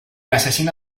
asesina